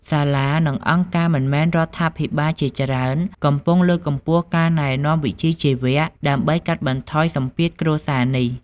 សាលា និងអង្គការមិនមែនរដ្ឋាភិបាលជាច្រើនកំពុងលើកកម្ពស់ការណែនាំវិជ្ជាជីវៈ ដើម្បីកាត់បន្ថយសម្ពាធគ្រួសារនេះ។